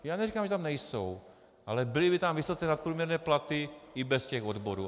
Já neříkám, že tam nejsou, ale byly by tam vysoce nadprůměrné platy i bez těch odborů.